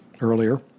earlier